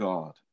God